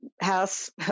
house